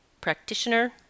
practitioner